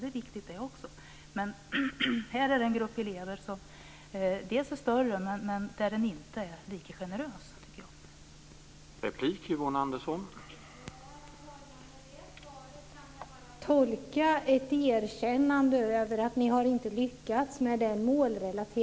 Det är viktigt det också, men här är det en grupp elever som i och för sig är större, men där man inte är lika generös, tycker jag.